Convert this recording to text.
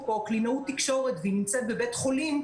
או בקלינאות תקשורת והיא נמצאת בבית חולים,